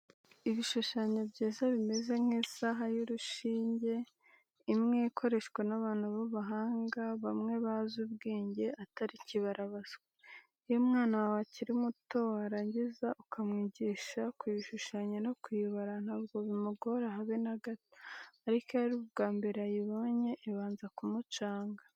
Ibishushanyo byiza bimeze nk'isaha iriya y'urushinge, imwe ikoreshwa n'abantu b'abahanga bamwe bazi ubwenge, atari kibara baswa. Iyo umwana wawe akiri muto warangiza ukamwigisha kuyishushanya no kuyibara, ntabwo bimugora habe na gato, ariko iyo ari ubwa mbere ayibonye ibanza kumucanga.